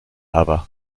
aber